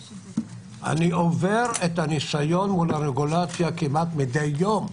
אני עובר את הניסיון מול הרגולציה כמעט מדי יום.